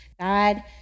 God